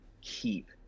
keep